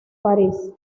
parís